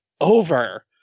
over